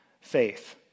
faith